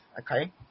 okay